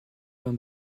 l’un